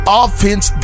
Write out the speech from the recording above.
offense